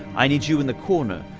i need you in the corner,